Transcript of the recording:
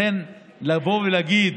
לכן, לבוא ולהגיד: